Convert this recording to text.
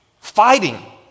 Fighting